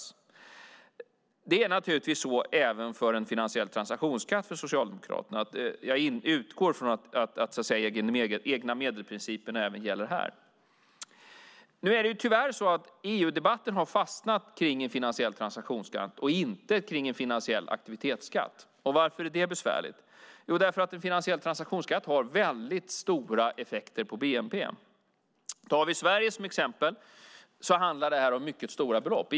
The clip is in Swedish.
Så är det för Socialdemokraterna när det gäller en finansiell transaktionsskatt. Jag utgår från att egnamedelsprincipen gäller även här. EU-debatten har tyvärr fastnat i en finansiell transaktionsskatt och inte i en finansiell aktivitetsskatt. Varför är det besvärligt? Därför att en finansiell transaktionsskatt har stora effekter på bnp. För Sverige handlar det om väldigt stora belopp.